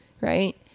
right